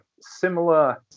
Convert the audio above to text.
similar